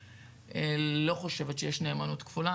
אני לא חושבת שיש נאמנות כפולה,